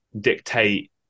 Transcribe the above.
dictate